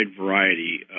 variety